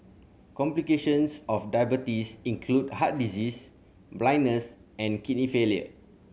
complications of diabetes include heart disease blindness and kidney failure